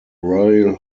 royal